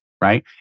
right